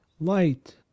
light